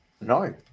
No